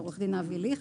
עו"ד אבי ליכט,